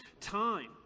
time